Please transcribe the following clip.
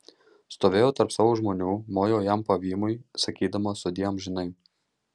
stovėjo tarp savo žmonių mojo jam pavymui sakydama sudie amžinai